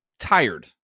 tired